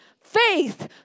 faith